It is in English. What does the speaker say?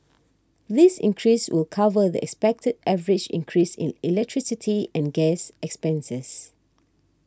this increase will cover the expected average increase in electricity and gas expenses